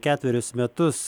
ketverius metus